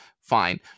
Fine